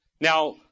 Now